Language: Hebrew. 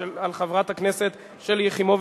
של חברת הכנסת שלי יחימוביץ,